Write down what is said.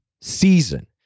season